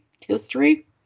history